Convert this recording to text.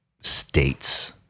states